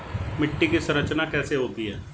मिट्टी की संरचना कैसे होती है?